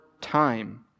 time